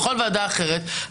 בכל ועדה אחרת,